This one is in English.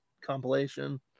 compilation